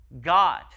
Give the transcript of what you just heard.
god